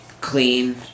clean